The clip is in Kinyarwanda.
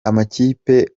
amakipe